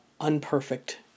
unperfect